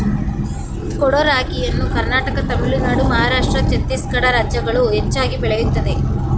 ಕೊಡೋ ರಾಗಿಯನ್ನು ಕರ್ನಾಟಕ ತಮಿಳುನಾಡು ಮಹಾರಾಷ್ಟ್ರ ಛತ್ತೀಸ್ಗಡ ರಾಜ್ಯಗಳು ಹೆಚ್ಚಾಗಿ ಬೆಳೆಯುತ್ತದೆ